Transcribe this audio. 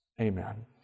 Amen